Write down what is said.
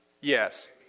Yes